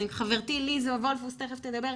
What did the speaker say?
חברתי לי-זו וולפוס תיכף תדבר,